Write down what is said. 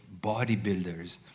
bodybuilders